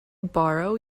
borrow